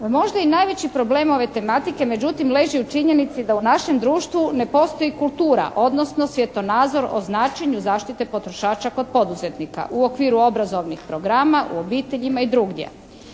Možda je i najveći problem ove tematike međutim leži u činjenici da u našem društvu ne postoji kultura, odnosno svjetonazor o značenju zaštite potrošača kod poduzetnika u okviru obrazovnih programa u obitelji i drugdje.